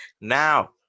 now